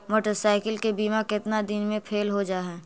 Motorcycle के बिमा केतना दिन मे फेल हो जा है?